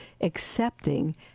accepting